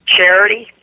Charity